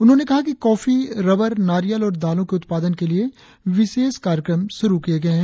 उन्होंने कहा कि कॉफी रबर नारियल और दालों के उत्पादन के लिए विशेष कार्यक्रम शुरु किए गए हैं